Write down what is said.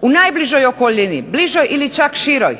u najbližoj okolini, bližoj ili čak široj